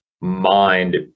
mind